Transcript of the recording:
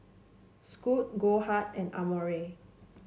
Scoot Goldheart and Amore